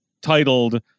titled